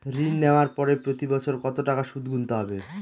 ঋণ নেওয়ার পরে প্রতি বছর কত টাকা সুদ গুনতে হবে?